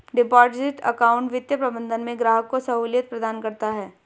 deposit account वित्तीय प्रबंधन में ग्राहक को सहूलियत प्रदान करता है